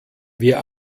wir